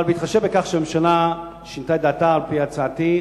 אבל בהתחשב בכך שהממשלה שינתה את דעתה על-פי הצעתי,